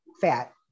fat